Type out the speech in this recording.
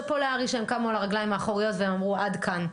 שאפו להר"י שהם קמו על הרגליים האחוריות ואמרו עד כאן.